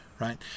Right